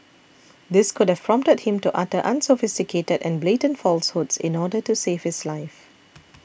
this could have prompted him to utter unsophisticated and blatant falsehoods in order to save his life